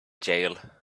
jail